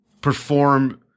perform